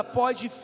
pode